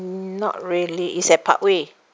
not really it's at parkway